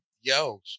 yo